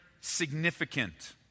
significant